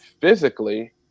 physically